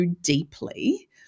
deeply